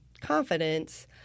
confidence